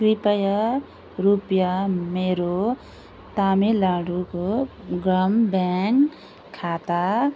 कृपया रुपियाँ मेरो तमिलनाडूको ग्राम ब्याङ्क खाता